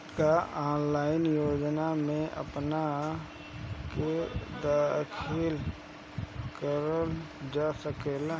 का ऑनलाइन योजनाओ में अपना के दाखिल करल जा सकेला?